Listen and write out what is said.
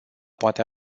poate